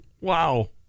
wow